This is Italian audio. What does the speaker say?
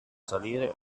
salire